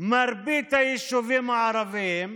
מרבית היישובים הערביים,